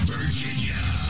Virginia